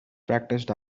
practiced